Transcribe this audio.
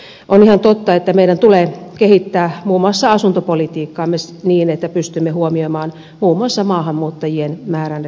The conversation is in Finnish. on ihan totta että meidän tulee kehittää muun muassa asuntopolitiikkaamme niin että pystymme huomioimaan muun muassa maahanmuuttajien määrän eri kouluissa